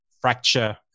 fracture